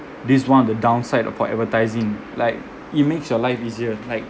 this is one of the downside for advertising like it makes your life easier like